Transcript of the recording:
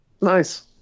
Nice